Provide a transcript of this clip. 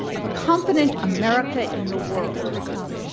of a confident america in the world.